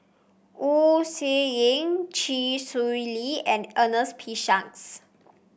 Wu Tsai Yen Chee Swee Lee and Ernest P Shanks